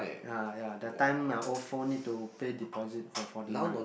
ya ya that time my Ofo need to pay deposit for forty nine